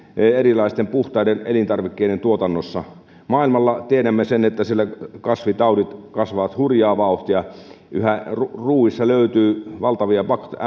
erilaisten puhtaiden elintarvikkeiden tuotannossa tiedämme sen että maailmalla kasvitaudit leviävät hurjaa vauhtia ruoissa löytyy valtavia